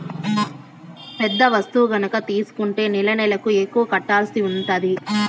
పెద్ద వస్తువు గనక తీసుకుంటే నెలనెలకు ఎక్కువ కట్టాల్సి ఉంటది